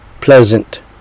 pleasant